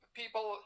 people